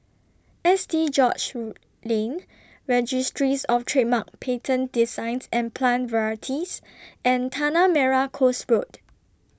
S T George's Lane Registries of Trademarks Patents Designs and Plant Varieties and Tanah Merah Coast Road